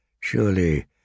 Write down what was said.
Surely